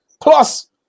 plus